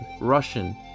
Russian